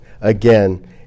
again